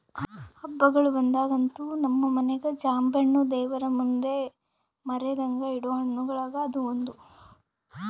ಹಬ್ಬಗಳು ಬಂದಾಗಂತೂ ನಮ್ಮ ಮನೆಗ ಜಾಂಬೆಣ್ಣು ದೇವರಮುಂದೆ ಮರೆದಂಗ ಇಡೊ ಹಣ್ಣುಗಳುಗ ಅದು ಒಂದು